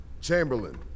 Chamberlain